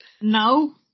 No